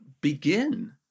begin